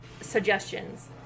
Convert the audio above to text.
suggestions